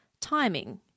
timing